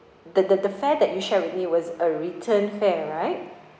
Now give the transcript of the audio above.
the the the fare that you shared with me was a return fare right